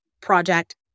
project